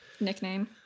nickname